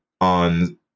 on